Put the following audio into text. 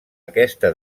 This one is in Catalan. aquesta